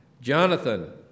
Jonathan